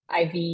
IV